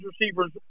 receivers